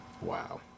Wow